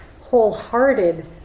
wholehearted